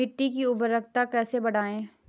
मिट्टी की उर्वरकता कैसे बढ़ायें?